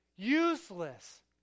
Useless